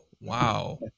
Wow